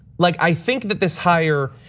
like i think that this hire,